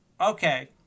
Okay